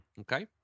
Okay